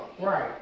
right